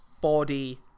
body